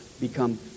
become